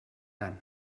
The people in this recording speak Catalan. tant